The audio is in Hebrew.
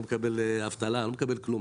לא אבטלה ולא כלום.